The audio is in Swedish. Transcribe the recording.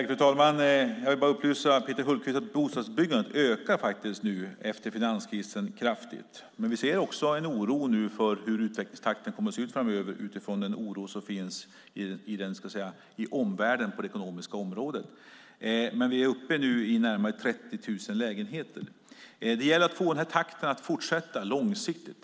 Fru talman! Jag vill bara upplysa Peter Hultqvist om att bostadsbyggandet efter finanskrisen nu faktiskt ökar kraftigt. Men vi ser nu också en oro för hur utvecklingstakten kommer att se ut framöver utifrån den oro som finns i omvärlden på det ekonomiska området. Vi är nu uppe i närmare 30 000 lägenheter. Det gäller att få den här takten att fortsätta långsiktigt.